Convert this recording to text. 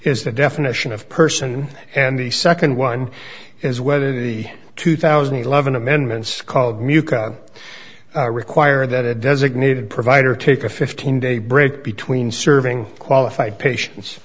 is the definition of person and the nd one is whether the two thousand and eleven amendments called mucosa require that a designated provider take a fifteen day break between serving qualified patients